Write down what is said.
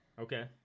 Okay